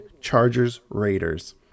Chargers-Raiders